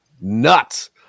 nuts